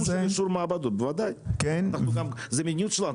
--- אישור מעבדות זו המדיניות שלנו,